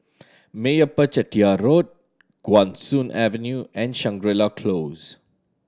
Meyappa Chettiar Road Guan Soon Avenue and Shangri La Close